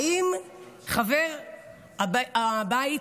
האם חבר הבית,